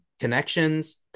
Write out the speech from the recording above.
connections